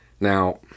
Now